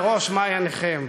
בראש מעייניכם.